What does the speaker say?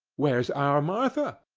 where's our martha?